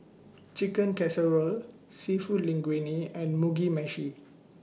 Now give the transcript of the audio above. Chicken Casserole Seafood Linguine and Mugi Meshi